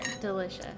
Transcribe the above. Delicious